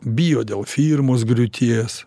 bijo dėl firmos griūties